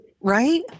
right